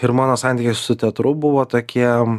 ir mano santykiai su teatru buvo tokie